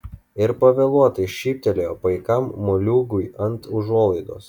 ir pavėluotai šyptelėjo paikam moliūgui ant užuolaidos